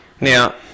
Now